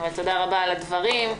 תודה רבה על הדברים.